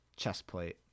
chestplate